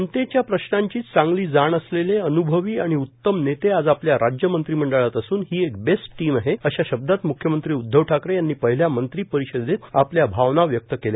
जनतेच्या प्रश्नांची चांगली जाण असलेले अनुभवी आणि उत्तम नेते आज आपल्या राज्य मंत्रिमंडळात असून ही एक बेस्ट टीम आहे अशा शब्दात मुख्यमंत्री उद्धव ठाकरे यांनी पहिल्या मंत्री परिषदेत आपल्या भावना व्यक्त केल्या